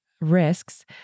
risks